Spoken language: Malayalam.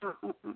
ആ ആ ആ